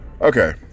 Okay